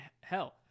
hell